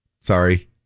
Sorry